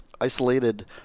isolated